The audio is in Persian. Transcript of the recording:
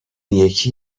یکی